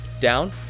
down